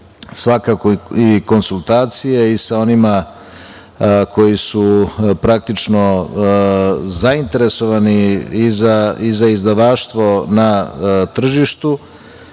svakako i konsultacije sa onima koji su praktično zainteresovani i za izdavaštvo na tržištu